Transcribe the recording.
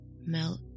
melt